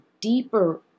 deeper